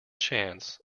chance